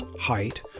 height